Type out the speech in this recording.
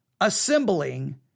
assembling